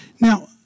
Now